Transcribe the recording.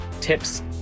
tips